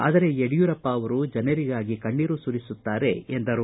ಆದರೆ ಯಡಿಯೂರಪ್ಪ ಅವರು ಜನರಿಗಾಗಿ ಕಣ್ಣೀರು ಸುರಿಸುತ್ತಾರೆ ಎಂದರು